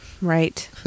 right